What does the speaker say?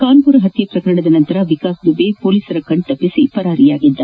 ಕಾನ್ಮರ ಹತ್ನೆ ಪ್ರಕರಣದ ನಂತರ ವಿಕಾಸ್ ದುಬೆ ಪೊಲೀಸರ ಕಣ್ತಪ್ಪಿಸಿ ಪರಾರಿಯಾಗಿದ್ದ